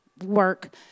work